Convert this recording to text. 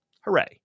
hooray